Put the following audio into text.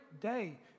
day